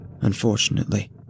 Unfortunately